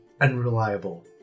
unreliable